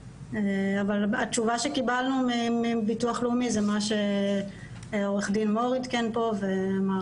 התשובה שקיבלנו מביטוח לאומי זה מה שעו"ד מור עדכן פה.